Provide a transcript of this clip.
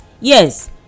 Yes